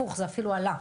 הפוך זה אפילו עלה.